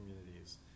communities